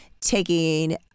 taking